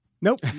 Nope